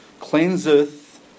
cleanseth